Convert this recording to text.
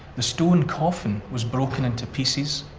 the stone coffin was broken into pieces,